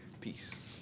Peace